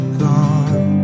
gone